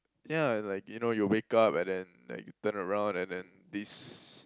yeah like you know you wake up and then like turn around and then this